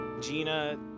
Gina